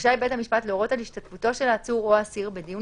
רשאי בית המשפט להורות על השתתפותו של העצור או האסיר בדיון